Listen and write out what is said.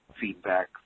feedback